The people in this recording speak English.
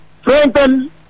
strengthen